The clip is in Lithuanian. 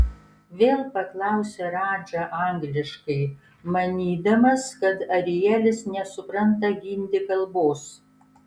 vėl paklausė radža angliškai manydamas kad arielis nesupranta hindi kalbos